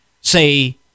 say